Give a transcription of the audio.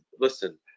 listen